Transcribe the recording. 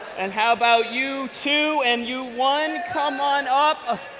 and how about you two and you one, come on up.